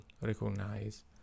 recognize